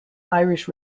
irish